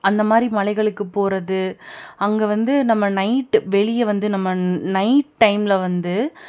அந்தமாதிரி மலைகளுக்குப் போகிறது அங்கே வந்து நம்ம நைட்டு வெளியே வந்து நம்ம நைட் டைமில் வந்து